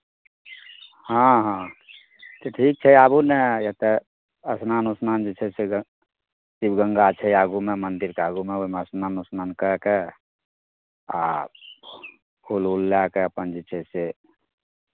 हँ हँ तऽ ठीक छै आबू ने एतय स्नान उस्नान जे छै से ग शिव गङ्गा छै आगूमे मन्दिरके आगूमे ओहिमे स्नान उस्नान कए कऽ आ फूल उल लए कऽ अपन जे छै से